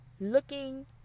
looking